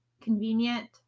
convenient